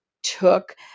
took